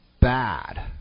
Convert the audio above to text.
bad